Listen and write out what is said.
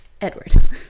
Edward